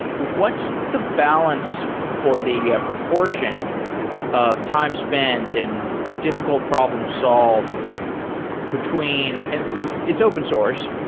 what's the balance or the portion of time spent and difficult problem solved between because it's open source.